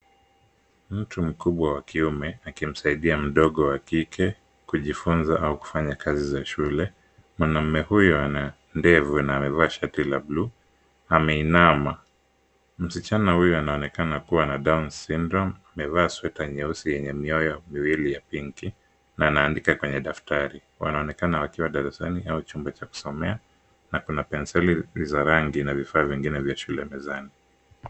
Mtu mkubwa wa kiume akimsaidia mdogo wa kike kujifunza au kufanya kazi za shule. Mwanaume huyu ana ndevu na amevaa shati la bluu, ameinama. Msichana huyu anaonekana kuwa na Down Syndrome . Amevaa sweta nyeusi yenye mioyo miwili ya pinki na anaandika kwenye daftari. Wanaonekana wakiwa darasani au chumba cha kusomea na kuna penseli za rangi na vifaa vingine vya shule mezani.